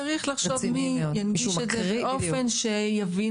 צריך לחשוב מי ינגיש את זה באופן שיבינו